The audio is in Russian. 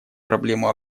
проблему